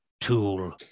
tool